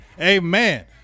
Amen